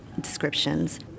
descriptions